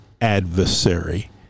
adversary